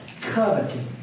coveting